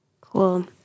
Cool